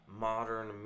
modern